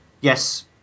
Yes